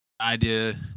idea